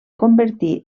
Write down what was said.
convertir